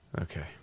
okay